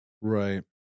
Right